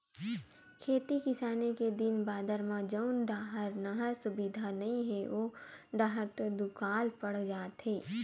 खेती किसानी के दिन बादर म जउन डाहर नहर सुबिधा नइ हे ओ डाहर तो दुकाल पड़ जाथे